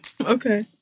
okay